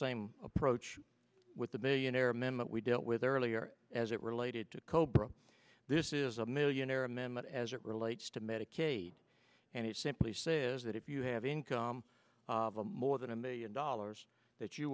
same approach with the millionaire men that we dealt with earlier as it related to cobra this is a millionaire amendment as it relates to medicaid and it simply says that if you have income of more than a million dollars that you